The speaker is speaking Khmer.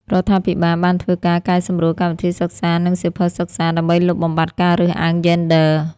រដ្ឋាភិបាលបានធ្វើការកែសម្រួលកម្មវិធីសិក្សា និងសៀវភៅសិក្សា ដើម្បីលុបបំបាត់ការរើសអើងយេនឌ័រ។